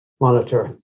monitor